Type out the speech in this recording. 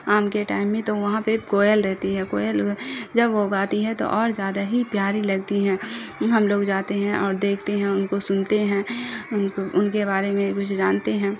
آم کے ٹائم میں تو وہاں پہ کوئل رہتی ہے کوئل جب وہ گاتی ہے تو اور زیادہ ہی پیاری لگتی ہے ہم لوگ جاتے ہیں اور دیکھتے ہیں ان کو سنتے ہیں ان کو ان کے بارے میں کچھ جانتے ہیں